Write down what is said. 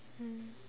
mm